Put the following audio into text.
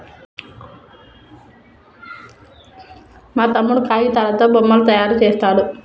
మా తమ్ముడు కాగితాలతో బొమ్మలు తయారు చేస్తాడు